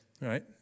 Right